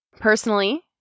Personally